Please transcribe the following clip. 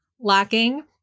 lacking